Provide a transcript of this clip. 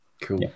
Cool